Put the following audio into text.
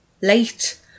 Late